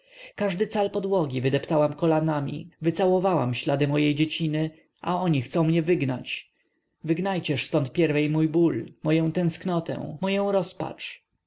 każdy cal podłogi wydeptałam kolanami wycałowałam ślady mojej dzieciny a oni mnie chcą wygnać wygnajcież ztąd pierwiej mój ból moję tęsknotę moję rozpacz